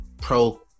pro